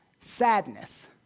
sadness